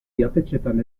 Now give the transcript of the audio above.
jatetxeetan